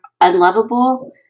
unlovable